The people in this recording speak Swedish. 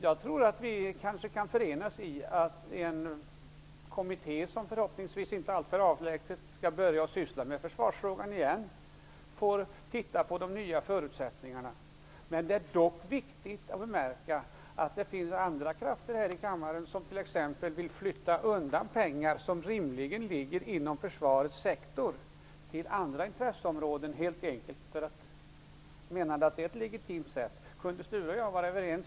Jag tror att vi kanske kan förenas i en kommitté, som förhoppningsvis inom en inte alltför avlägsen tid skall ta upp försvarsfrågan igen och studera de nya förutsättningarna. Det är dock viktigt att bemärka att det finns andra krafter här i kammaren som exempelvis vill flytta över pengar som rimligen tillhör försvarets sektor till andra intresseområden, helt enkelt därför att man menar att det är ett legitimt förfaringssätt.